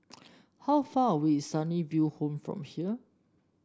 how far away is Sunnyville Home from here